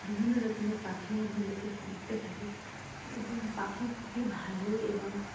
বিভিন্ন রকমের পাখি আমারা দেখতে থাকি এবং পাখি খুবই ভালো এবং